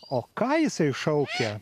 o ką jisai šaukia